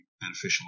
beneficial